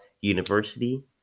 University